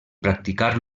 practicar